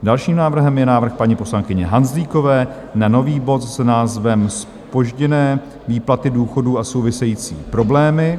Dalším návrhem je návrh paní poslankyně Hanzlíkové na nový bod s názvem Zpožděné výplaty důchodů a související problémy.